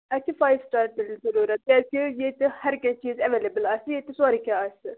اَسہِ چھُ five star ضروٗرَت کیٛازِکہِ ییٚتہِ ہَر کیٚنٛہہ چیٖز اَویلبٕل آسہِ ییٚتہِ سورُے کیٚنٛہہ آسہِ